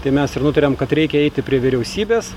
tai mes ir nutarėm kad reikia eiti prie vyriausybės